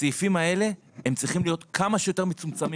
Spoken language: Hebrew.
הסעיפים האלה צריכים להיות כמה שיותר מצומצמים